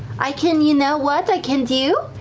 i can you know what i can do,